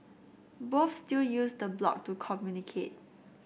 both still use the blog to communicate